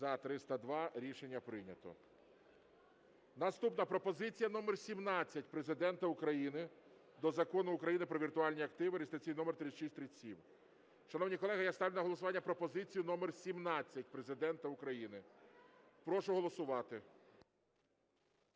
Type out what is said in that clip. Ось. Шановні колеги, пропозиція номер 20 Президента України до Закону України "Про віртуальні активи" (реєстраційний номер 3637). Шановні колеги, я ставлю на голосування пропозицію номер 20 Президента України. Прошу голосувати.